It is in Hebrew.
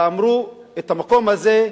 ואמרו: המקום הזה,